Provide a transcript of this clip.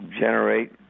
generate